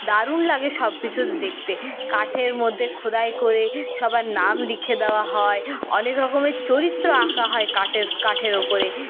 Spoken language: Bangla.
দারুণ লাগে সব কিছু দেখতে কাঠের মধ্যে খোদাই করে সবার নাম লিখে দেওয়া হয় অনেক রকমের চরিত্র আঁকা হয় কাটের কাঠের ওপরে